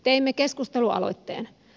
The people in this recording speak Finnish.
teimme keskustelualoitteen